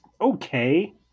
okay